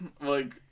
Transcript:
like-